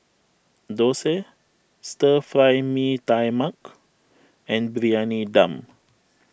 Dosa Stir Fry Mee Tai Mak and Briyani Dum